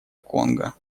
конго